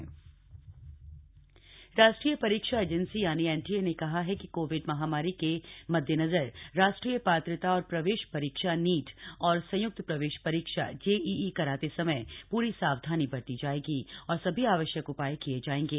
राष्ट्रीय परीक्षा एजेंसी राष्ट्रीय परीक्षा एजेंसी एन ीए ने कहा है कि कोविड महामारी के मद्देनज़र राष्ट्रीय पात्रता और प्रवेश परीक्षा नी और संयुक्त प्रवेश परीक्षा जेईई कराते समय प्री सावधानी बरती जाएगी और सभी थ वश्यक उपाए किए जाएंगे